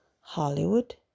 hollywood